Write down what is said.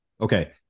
okay